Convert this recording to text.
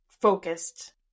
focused